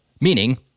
meaning